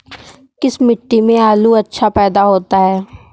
किस मिट्टी में आलू अच्छा पैदा होता है?